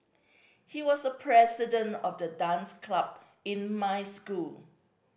he was the president of the dance club in my school